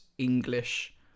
English